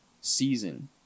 season